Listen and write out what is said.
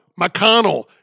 McConnell